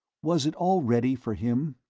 was it already, for him?